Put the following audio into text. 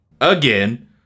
again